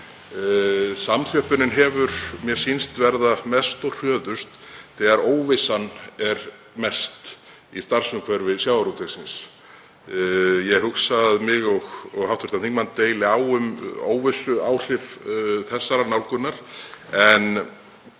Samþjöppunin hefur mér sýnst verða mest og hröðust þegar óvissan er mest í starfsumhverfi sjávarútvegsins. Ég hugsa að mig og hv. þingmann deili á um óvissuáhrif þessarar nálgunar, en